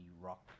rock